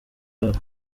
babo